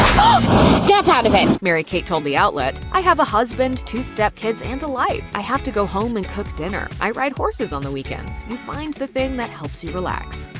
snap out of it. mary kate told the outlet, i have a husband, two stepkids and a life i have to go home and cook dinner. i ride horses on the weekends. you find the thing that helps you relax.